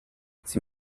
sie